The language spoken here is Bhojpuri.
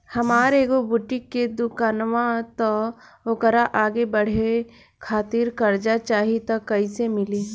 हमार एगो बुटीक के दुकानबा त ओकरा आगे बढ़वे खातिर कर्जा चाहि त कइसे मिली?